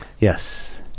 Yes